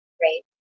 Great